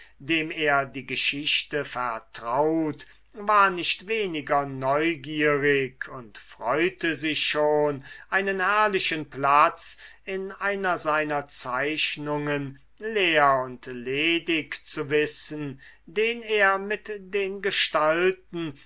dem er die geschichte vertraut war nicht weniger neugierig und freute sich schon einen herrlichen platz in einer seiner zeichnungen leer und ledig zu wissen den er mit den gestalten